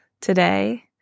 today